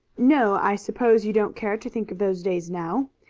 no, i suppose you don't care to think of those days now.